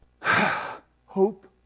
hope